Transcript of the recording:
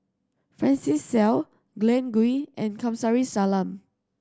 Francis Seow Glen Goei and Kamsari Salam